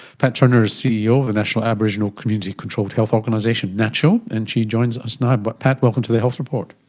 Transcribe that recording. pat turner is ceo of the national aboriginal community controlled health organisation, naccho, and she joins us now. but pat, welcome to the health report.